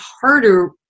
harder